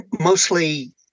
Mostly